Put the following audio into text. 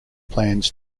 plans